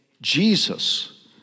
Jesus